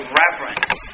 reverence